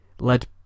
led